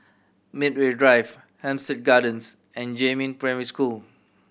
Medway Drive Hampstead Gardens and Jiemin Primary School